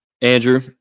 Andrew